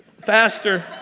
faster